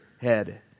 head